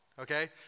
Okay